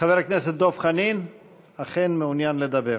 חבר הכנסת דב חנין מעוניין לדבר.